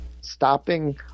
stopping